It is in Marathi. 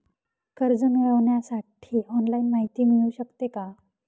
कर्ज मिळविण्यासाठी ऑनलाईन माहिती मिळू शकते का?